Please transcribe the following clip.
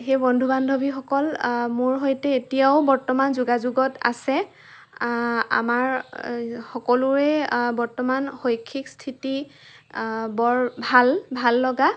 সেই বন্ধু বান্ধৱীসকল মোৰ সৈতে এতিয়াও বৰ্তমান যোগাযোগত আছে আমাৰ সকলোৱে বৰ্তমান শৈক্ষিক স্থিতি বৰ ভাল ভাল লগা